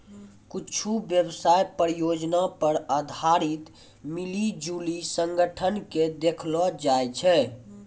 कुच्छु व्यवसाय परियोजना पर आधारित मिली जुली संगठन के देखैलो जाय छै